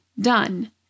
Done